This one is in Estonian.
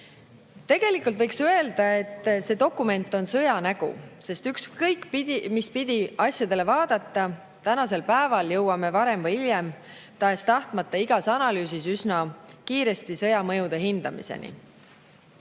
Tegelikult võiks öelda, et see dokument on sõja nägu, sest ükskõik mis pidi asjadele vaadata, tänasel päeval jõuame varem või hiljem igas analüüsis tahes-tahtmata üsna kiiresti sõja mõjude hindamiseni.